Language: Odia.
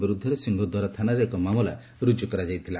ବିରୁଦ୍ଧରେ ସିଂହଦ୍ୱାର ଥାନାରେ ଏକ ମାମଲା ରୁଜୁ କରା ଯାଇଥିଲା